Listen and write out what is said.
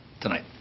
tonight